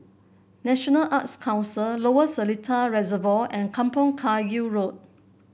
National Arts Council Lower Seletar Reservoir and Kampong Kayu Road